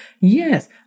Yes